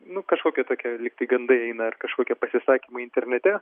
nu kažkokie tokie lygtai gandai eina ar kažkokie pasisakymai internete